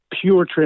pure